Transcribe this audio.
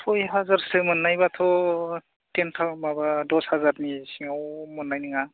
सय हाजारसो मोन्नायबाथ' टेन माबा दस हाजारनि सिङाव मोन्नाय नङा